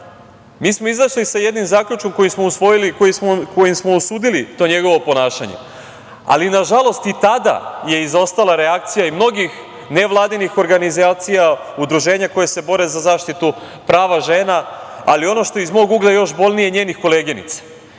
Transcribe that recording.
mi smo izašli sa jednim zaključkom kojim smo osudili to njegovo ponašanje, ali nažalost, i tada je izostala reakcija i mnogih nevladinih organizacija, udruženja koja se bore za zaštitu prava žena, ali ono što je iz mog ugla još bolnije, i njenih koleginica. Takva